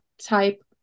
type